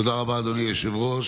תודה רבה, אדוני היושב-ראש.